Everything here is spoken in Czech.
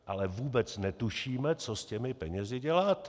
Ale vůbec netušíme, co s těmi penězi děláte.